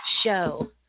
show